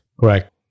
Correct